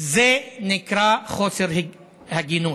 זה נקרא חוסר הגינות.